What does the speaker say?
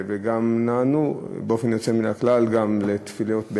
וגם נענו באופן יוצא מן הכלל גם לתפילות,